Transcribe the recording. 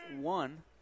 one